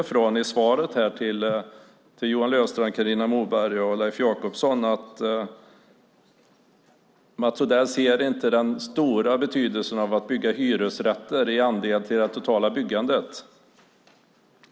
I svaret till Johan Löfstrand, Carina Moberg och Leif Jakobsson bortser Mats Odell från den stora betydelsen av att bygga hyresrätter som andel av det totala byggandet.